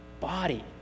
body